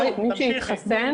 מי שהתחסן,